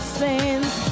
sins